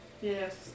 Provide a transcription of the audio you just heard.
Yes